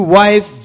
wife